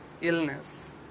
illness